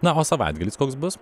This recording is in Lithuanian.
na o savaitgalis koks bus